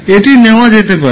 এটি নেওয়া যেতে পারে